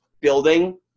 building